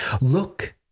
Look